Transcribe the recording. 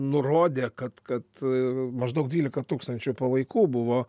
nurodė kad kad maždaug dvylika tūkstančių palaikų buvo